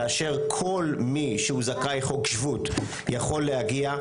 כאשר כל מי שהוא זכאי חוק שבות יכול להגיע,